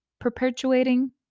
perpetuating